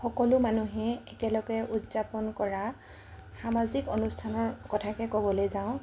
সকলো মানুহে একেলগে উদযাপন কৰা সামাজিক অনুষ্ঠানৰ কথাকে ক'বলৈ যাওঁ